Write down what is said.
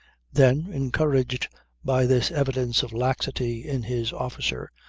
then, encouraged by this evidence of laxity in his officer,